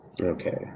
Okay